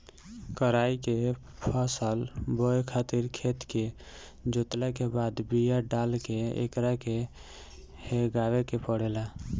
कराई के फसल बोए खातिर खेत के जोतला के बाद बिया डाल के एकरा के हेगावे के पड़ेला